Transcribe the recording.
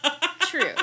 true